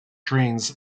trains